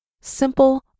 simple